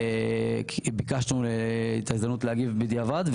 ביקשנו את ההזדמנות להגיב בדיעבד,